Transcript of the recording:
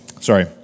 sorry